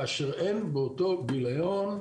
כאשר אין באותו גיליון